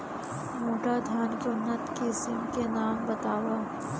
मोटा धान के उन्नत किसिम के नाम बतावव?